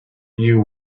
you